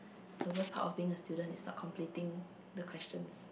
the worst part of thing is student is not completing the questions